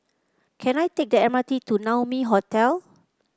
can I take the M R T to Naumi Hotel